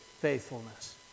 faithfulness